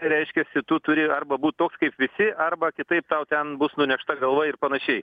reiškiasi tu turi arba būt toks kaip visi arba kitaip tau ten bus nunešta galva ir panašiai